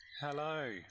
Hello